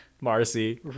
marcy